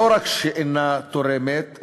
לא רק שאינה תורמת,